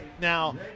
now